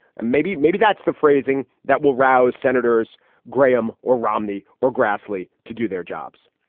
and maybe, maybe that's the phrasing that will rouse senators graham or romney or grassley to do their jobs.